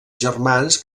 germans